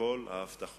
ההסתדרות